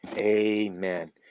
Amen